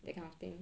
that kind of thing